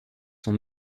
son